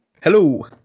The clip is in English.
Hello